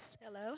Hello